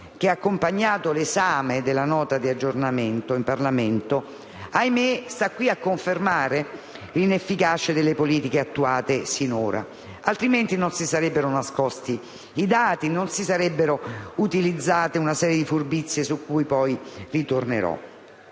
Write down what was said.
che ha accompagnato l'esame della Nota di aggiornamento in Parlamento - ahimè - sta qui a confermare l'inefficacia delle politiche attuate sinora, altrimenti non si sarebbero nascosti i dati e non si sarebbero utilizzate una serie di furbizie su cui poi tornerò.